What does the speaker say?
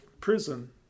Prison